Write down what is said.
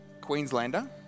Queenslander